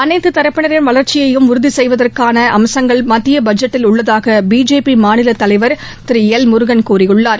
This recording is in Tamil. அனைத்து தரப்பினரின் வளர்ச்சியையும் உறுதி செய்வதற்கான அம்சங்கள் மத்திய பட்ஜெட்டில் உள்ளதாக பிஜேபி மாநில தலைவர் திரு எல்முருகன் கூறியுள்ளார்